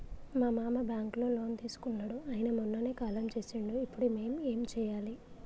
మా మామ బ్యాంక్ లో లోన్ తీసుకున్నడు అయిన మొన్ననే కాలం చేసిండు ఇప్పుడు మేం ఏం చేయాలి?